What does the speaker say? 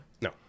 No